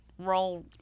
Roll